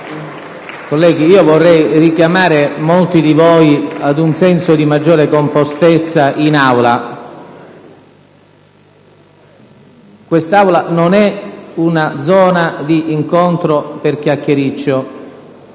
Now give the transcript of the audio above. finestra"). Vorrei richiamare molti di voi a una maggiore compostezza in Aula. Quest'Aula non è una zona di incontro per chiacchiericcio.